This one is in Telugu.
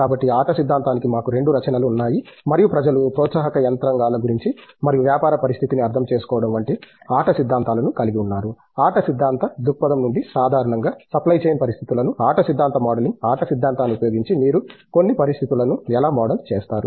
కాబట్టి ఆట సిద్ధాంతానికి మాకు రెండు రచనలు ఉన్నాయి మరియు ప్రజలు ప్రోత్సాహక యంత్రాంగాల గురించి మరియు వ్యాపార పరిస్థితిని అర్థం చేసుకోవడం వంటి ఆట సిద్ధాంతాలను కలిగి ఉన్నారు ఆట సిద్ధాంత దృక్పథం నుండి సాధారణంగా సప్లయ్ చైన్ పరిస్థితులను ఆట సిద్ధాంత మోడలింగ్ ఆట సిద్ధాంతాన్ని ఉపయోగించి మీరు కొన్ని పరిస్థితులను ఎలా మోడల్ చేస్తారు